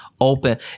open